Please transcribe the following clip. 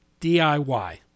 DIY